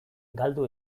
galdu